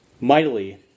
mightily